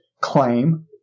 claim